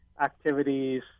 activities